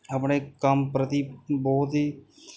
ਆਪਣੇ ਕੰਮ ਪ੍ਰਤੀ ਬਹੁਤ ਹੀ